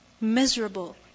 Miserable